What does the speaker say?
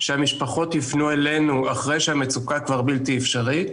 שהמשפחות יפנו אלינו אחרי שהמצוקה כבר בלתי אפשרית,